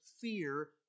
fear